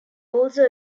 also